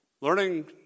Learning